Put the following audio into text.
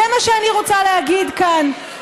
זה מה שאני רוצה להגיד כאן.